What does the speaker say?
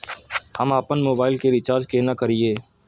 हम आपन मोबाइल के रिचार्ज केना करिए?